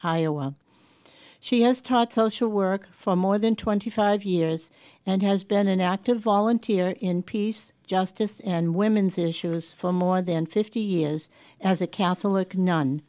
iowa she has taught social work for more than twenty five years and has been an active volunteer in peace justice and women's issues for more than fifty years as a catholic n